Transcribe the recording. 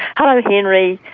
hello henry,